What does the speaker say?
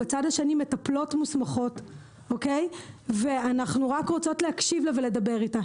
למטלפות מוסמכות שרוצות להקשיב לה ולדבר איתה.